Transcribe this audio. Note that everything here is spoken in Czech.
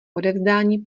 odevzdání